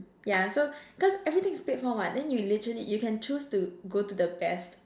yeah so cause everything is paid for [what] then you literally you can choose to go to the best